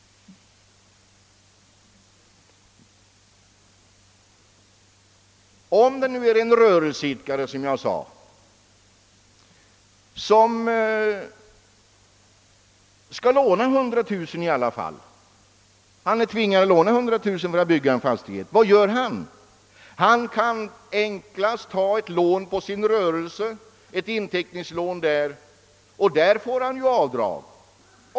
Om en rörelseidkare är tvingad att låna 100000 kronor för att bygga en fastighet, vad gör han då? Enklast kan han ta ett lån på sin rörelse och då får han ju avdrag.